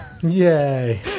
Yay